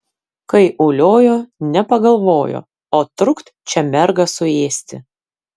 kai uliojo nepagalvojo o trukt čia mergą suėsti